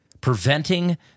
Preventing